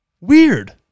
Weird